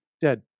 dead